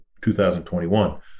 2021